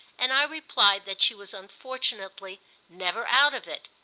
and i replied that she was unfortunately never out of it.